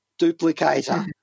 duplicator